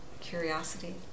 curiosity